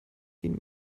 ihn